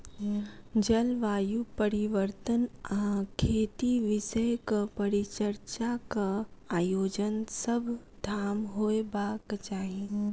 जलवायु परिवर्तन आ खेती विषयक परिचर्चाक आयोजन सभ ठाम होयबाक चाही